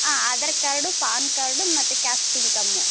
ಹಾಂ Aadhaar card PAN card ಮತ್ತು caste income